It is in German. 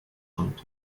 kommt